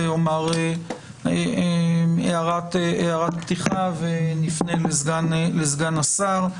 מכן אעיר הערת פתיחה ונפנה לסגן השר.